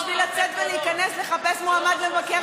בשביל לצאת ולהיכנס ולחפש מועמד למבקר